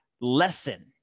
lesson